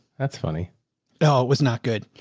that's funny. oh, it was not good.